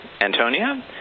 Antonia